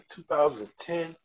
2010